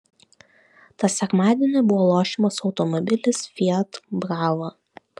tą sekmadienį buvo lošiamas automobilis fiat brava